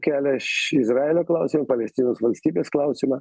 kelia šį izraelio klausimą palestinos valstybės klausimą